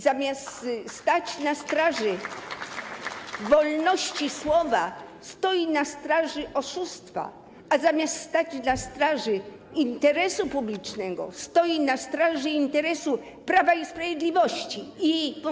Zamiast stać na straży wolności słowa, stoi na straży oszustwa, zamiast stać na straży interesu publicznego, stoi na straży interesu Prawa i Sprawiedliwości i ich funkcjonariuszy.